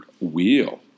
wheel